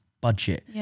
budget